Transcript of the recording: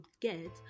get